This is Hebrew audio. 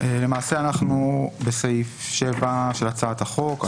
למעשה אנחנו בסעיף 7 של הצעת החוק.